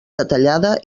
detallada